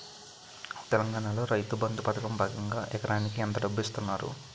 తెలంగాణలో రైతుబంధు పథకం భాగంగా ఎకరానికి ఎంత డబ్బు ఇస్తున్నారు?